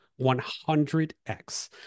100x